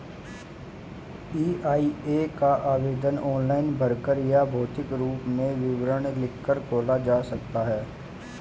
EIA का आवेदन online भरकर या भौतिक रूप में विवरण लिखकर खोला जा सकता है